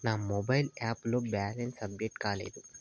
నా mobile app లో balance update కాలేదు